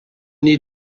need